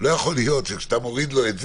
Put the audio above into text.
לא יכול להיות שכשאתה מוריד לו את זה,